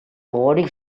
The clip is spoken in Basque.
gogorik